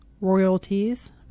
royalties